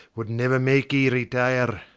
would never make ye retire.